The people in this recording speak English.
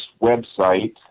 website